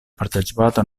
partecipato